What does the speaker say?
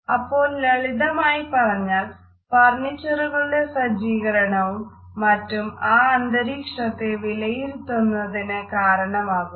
അപ്പോൾ ലളിതമായി പറഞ്ഞാൽ ഫർണ്ണീച്ചറുകളുടെ സജ്ജീകരണവും മറ്റും ആ അന്തരീക്ഷത്തെ വിലയിരുത്തുന്നതിന് കാരണമാകുന്നു